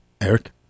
eric